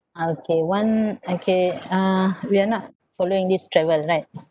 okay one okay uh we are not following this travel right